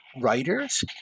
writers